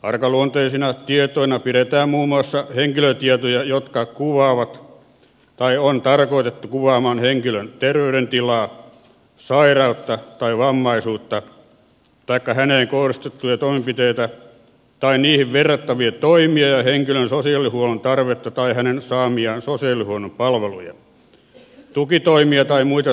arkaluontoisina tietoina pidetään muun muassa henkilötietoja jotka kuvaavat tai on tarkoitettu kuvaamaan henkilön terveydentilaa sairautta tai vammaisuutta taikka häneen kohdistettuja toimenpiteitä tai niihin verrattavia toimia ja henkilön sosiaalihuollon tarvetta tai hänen saamiaan sosiaalihuollon palveluja tukitoimia tai muita sosiaalihuollon etuuksia